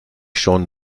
schon